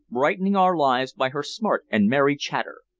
brightening our lives by her smart and merry chatter.